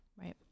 Right